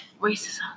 Racism